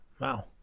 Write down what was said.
Wow